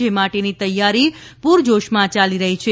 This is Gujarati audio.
જે માટેની તૈયારી પુરજોશમાં યાલી રહી છે